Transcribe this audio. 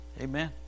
Amen